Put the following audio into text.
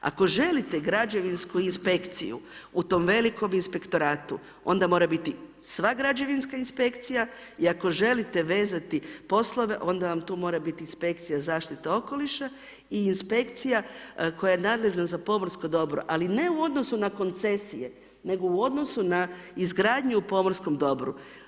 Ako želite građevinsku inspekciju, u tom velikom inspektoratu, onda mora biti sva građevinska inspekcija i ako želite vezati poslove, onda vam tu mora biti inspekcija zaštite okoliša i inspekcija koja je nadležno za pomorsko dobro, ali ne u odnosu na koncesije, nego u odnosu na izgradnju u pomorskom dobru.